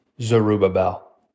Zerubbabel